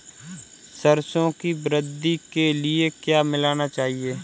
सरसों की वृद्धि के लिए क्या मिलाना चाहिए?